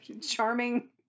charming